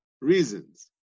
reasons